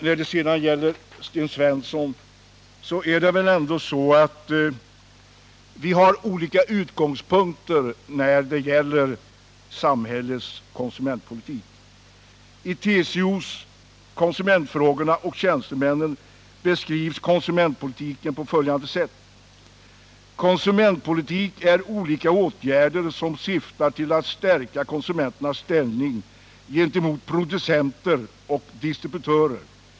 Jag tror att Sten Svensson och jag har olika utgångspunkter när det gäller samhällets konsumentpolitik. I TCO:s skrift Konsumentfrågorna och tjänstemännen beskrivs konsumentpolitik på följande sätt: ”Konsumentpolitik är olika åtgärder som syftar till att stärka konsumenternas ställning gentemot producenter och distributörer.